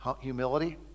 Humility